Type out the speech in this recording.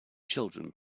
children